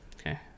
Okay